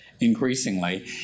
increasingly